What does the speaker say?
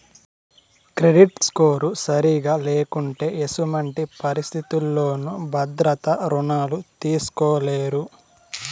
credit score సరిగా లేకుంటే ఎసుమంటి పరిస్థితుల్లోనూ భద్రత రుణాలు తీస్కోలేరు